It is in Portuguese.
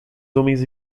homens